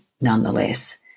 nonetheless